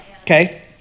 Okay